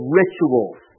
rituals